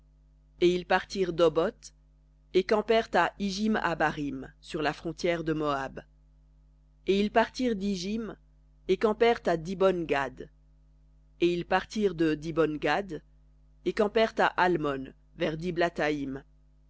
et ils partirent d'oboth et campèrent à ijim abarim sur la frontière de moab et ils partirent d'ijim et campèrent à db gad et ils partirent de dibon gad et campèrent à almon vers